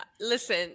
Listen